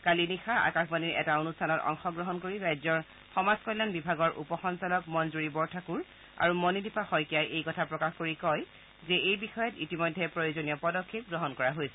কালি নিশা আকাশবাণীৰ এটা অনুষ্ঠানত অংশগ্ৰহণ কৰি ৰাজ্যৰ সমাজকল্যাণ বিভাগৰ উপ সঞ্চালক মঞ্জুৰী বৰঠাকুৰ আৰু মণিদীপা শইকীয়াই এই কথা প্ৰকাশ কৰি কয় যে এই বিষয়ত ইতিমধ্যে প্ৰয়োজনীয় পদক্ষেপ গ্ৰহণ কৰা হৈছে